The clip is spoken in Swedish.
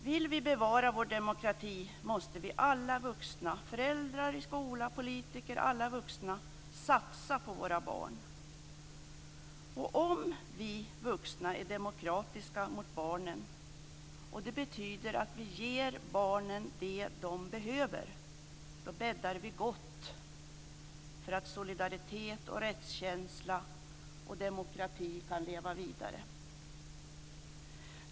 Vill vi bevara vår demokrati måste vi alla vuxna - föräldrar, skola, politiker - satsa på våra barn. Om vi vuxna är demokratiska mot barnen - det betyder att vi ger dem det de behöver - bäddar vi gott för att solidaritet, rättskänsla och demokrati kan leva vidare.